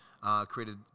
created